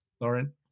Lauren